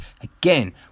again